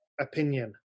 opinion